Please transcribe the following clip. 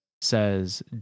says